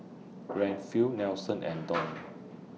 Rayfield Nelson and Donn